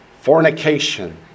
fornication